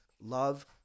love